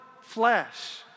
flesh